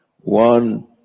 one